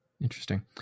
Interesting